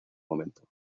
momento